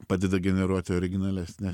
padeda generuoti originalesnį